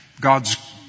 God's